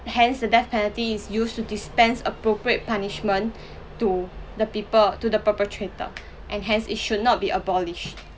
hence the death penalty is used to dispense appropriate punishment to the people to the perpetrator and hence it should not be abolished